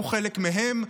הוא חלק מהם.